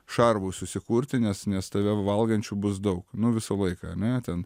šarvus užsikurti nes nes tave valgančių bus daug nu visą laiką ar ne ten